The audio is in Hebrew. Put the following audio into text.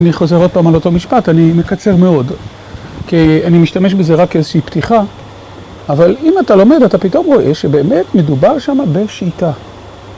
‫אני חוזר עוד פעם על אותו משפט, ‫אני מקצר מאוד, ‫כי אני משתמש בזה ‫רק כאיזושהי פתיחה, ‫אבל אם אתה לומד אתה פתאום רואה ‫שבאמת מדובר שמה בשיטה.